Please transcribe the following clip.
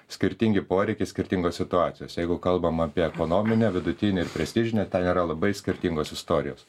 skirtingi poreikiai skirtingos situacijos jeigu kalbam apie ekonominę vidutinį ir prestižinę ten yra labai skirtingos istorijos